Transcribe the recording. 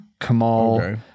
Kamal